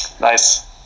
Nice